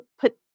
put